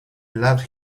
loved